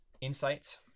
insights